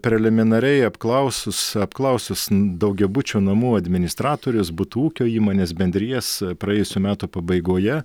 preliminariai apklausus apklausus daugiabučio namų administratorius butų ūkio įmones bendrijas praėjusių metų pabaigoje